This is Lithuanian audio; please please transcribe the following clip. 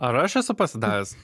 ar aš esu pasidavęs